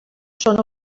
són